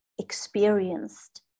experienced